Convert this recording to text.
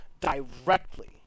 directly